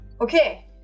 Okay